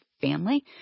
family